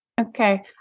Okay